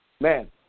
man